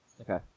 Okay